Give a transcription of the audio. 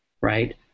right